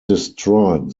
destroyed